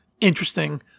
interesting